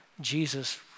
Jesus